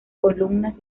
columnas